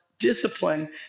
discipline